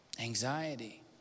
anxiety